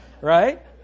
right